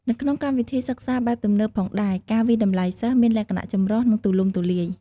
នៅក្នុងកម្មវិធីសិក្សាបែបទំនើបផងដែរ ការវាយតម្លៃសិស្ស មានលក្ខណៈ ចម្រុះ និងទូលំទូលាយ។